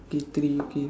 okay three okay